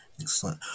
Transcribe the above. Excellent